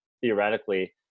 theoretically